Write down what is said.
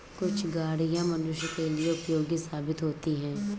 कुछ गाड़ियां मनुष्यों के लिए उपयोगी साबित होती हैं